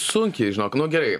sunkiai žinok nu gerai